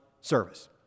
service